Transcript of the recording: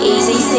Easy